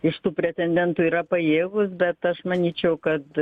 iš tų pretendentų yra pajėgūs bet aš manyčiau kad